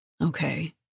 Okay